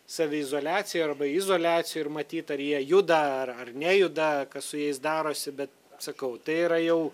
saviizoliacijoj arba izoliacijoj ir matyt ar jie juda ar ar nejuda kas su jais darosi bet sakau tai yra jau